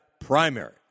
primary